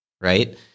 right